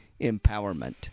empowerment